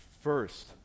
first